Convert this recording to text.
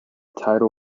tidal